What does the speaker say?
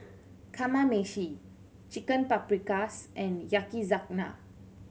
Kamameshi Chicken Paprikas and Yakizakana